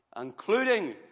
Including